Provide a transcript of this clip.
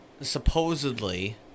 supposedly